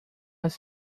los